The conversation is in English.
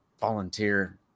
volunteer